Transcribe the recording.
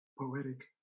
poetic